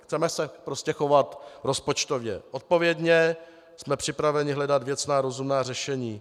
Chceme se prostě chovat rozpočtově odpovědně, jsme připraveni hledat věcná, rozumná řešení.